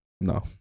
No